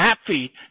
happy